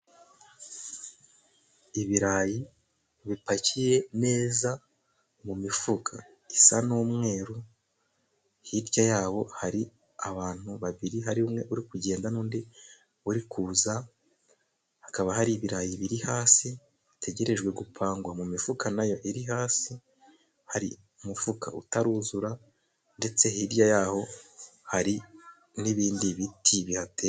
Ibirayi bipakiye neza mu mifuka isa n'umweru, hirya yabo hari abantu babiri hari umwe uri kugenda n'undi uri kuza, hakaba hari ibirayi biri hasi hategerejwe gupangwa mu mifuka nayo iri hasi, hari umufuka utaruzura ndetse hirya y'aho hari n'ibindi biti bihate....